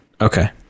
Okay